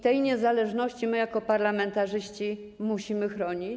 Tej niezależności my jako parlamentarzyści musimy chronić.